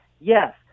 Yes